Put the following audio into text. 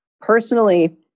Personally